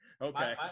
Okay